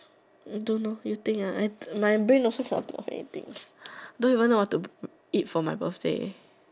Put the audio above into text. don't know you think I my brain also cannot think of anything don't even know what to eat for my birthday